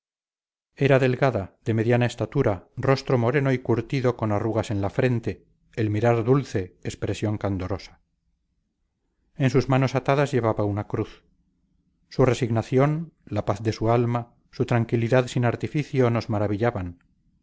era delgada de mediana estatura rostro moreno y curtido con arrugas en la frente el mirar dulce expresión candorosa en sus manos atadas llevaba una cruz su resignación la paz de su alma su tranquilidad sin artificio nos maravillaban